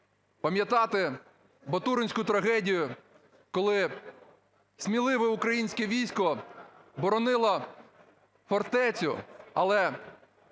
Пам'ятати Батуринську трагедію, коли сміливе українське військо боронило фортецю, але